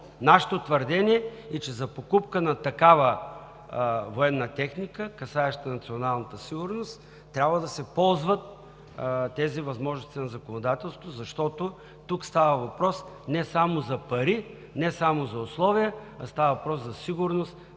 Нашето твърдение е, че за покупка на такава военна техника, касаеща националната сигурност, трябва да се ползват тези възможности на законодателството, защото тук става въпрос не само за пари, не само за условия, а става въпрос за сигурност,